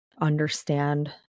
understand